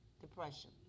depression